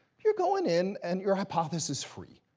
you're going in and your hypothesis-free.